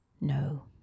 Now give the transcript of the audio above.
No